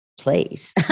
Place